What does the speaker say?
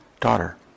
daughter